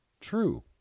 true